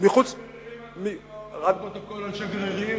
מה אומר הפרוטוקול על שגרירים?